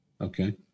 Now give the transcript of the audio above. Okay